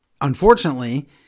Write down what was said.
unfortunately